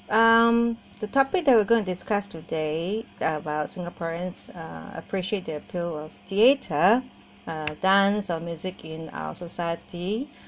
um the topic that we're gonna discuss today about singaporeans uh appreciate the appeal of theatre uh dance or music in our society